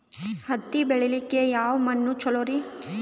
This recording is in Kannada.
ಹತ್ತಿ ಬೆಳಿಲಿಕ್ಕೆ ಯಾವ ಮಣ್ಣು ಚಲೋರಿ?